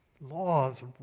laws